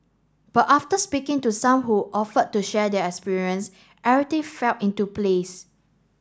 but after speaking to some who offered to share their experience everything fell into place